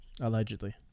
Allegedly